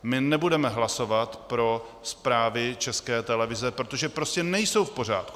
My nebudeme hlasovat pro zprávy České televize, protože prostě nejsou v pořádku.